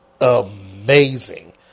amazing